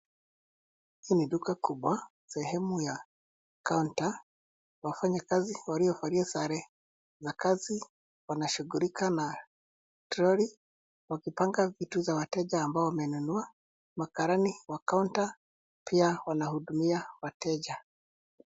Hii ni duka kubwa, sehemu ya counter . Wafanyakazi waliovalia sare za kazi wanashughulika na troli wakipanga vitu za wateja ambayo wamenunua. Makarani wa kaunta pia wanahudumia wateja.